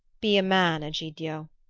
be a man, egidio,